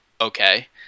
okay